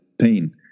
pain